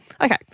Okay